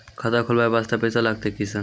खाता खोलबाय वास्ते पैसो लगते की सर?